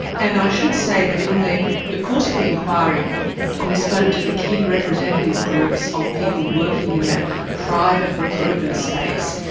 and i should say that in the course of the inquiry we spoke to the key representative groups of people working in that private recruitment space,